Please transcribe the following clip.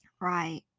right